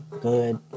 good